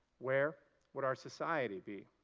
where would our society be?